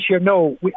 no